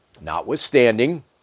notwithstanding